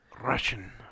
Russian